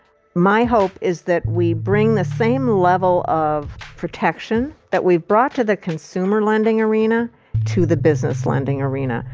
my hope is that we bring the same level of protection that we've brought to the consumer lending arena to the business lending arena.